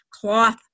cloth